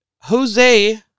Jose